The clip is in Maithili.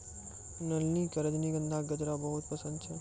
नलिनी कॅ रजनीगंधा के गजरा बहुत पसंद छै